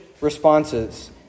Responses